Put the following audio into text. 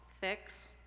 fix